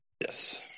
Yes